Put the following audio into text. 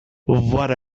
what